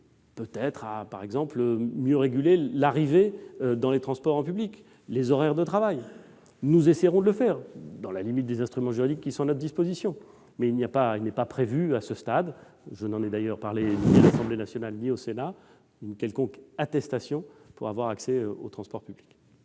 les aider, par exemple, à mieux réguler les arrivées dans les transports ou les horaires de travail ? Nous essaierons de le faire, dans la limite des instruments juridiques à notre disposition. Il n'est en revanche pas prévu à ce stade- je n'en ai parlé ni à l'Assemblée nationale ni au Sénat -une quelconque attestation pour avoir accès aux transports publics.